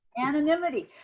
anonymity.